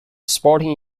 sporting